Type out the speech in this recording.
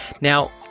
Now